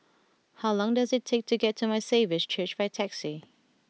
how long does it take to get to My Saviour's Church by taxi